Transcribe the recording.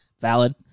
Valid